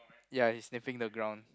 ya he's sniffing the ground